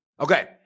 Okay